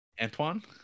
Antoine